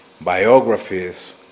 biographies